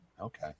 Okay